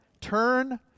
Turn